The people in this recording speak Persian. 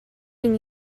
این